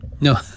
No